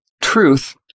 truth